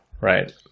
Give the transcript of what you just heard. right